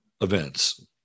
events